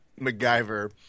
MacGyver